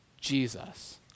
Jesus